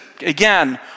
Again